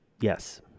Yes